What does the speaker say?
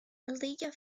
elijah